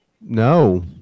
No